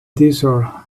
desert